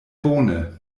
bone